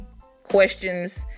questions